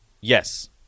Yes